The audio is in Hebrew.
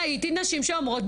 ראיתי נשים שאומרות,